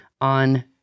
on